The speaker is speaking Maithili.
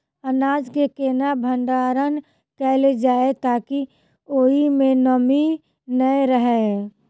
अनाज केँ केना भण्डारण कैल जाए ताकि ओई मै नमी नै रहै?